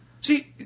See